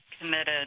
committed